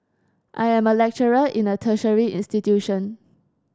I am a lecturer in a tertiary institution